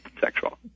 sexual